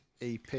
EP